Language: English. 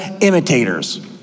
imitators